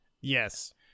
Yes